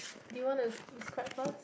do you wanna describe first